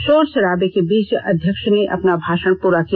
षोर शराबे के बीच अध्यक्ष ने अपना भाषण पूरा किया